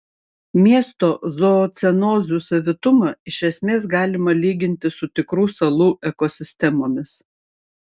miesto zoocenozių savitumą iš esmės galima lyginti su tikrų salų ekosistemomis